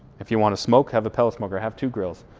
if you wanna smoke, have a pellet smoker, have two grills,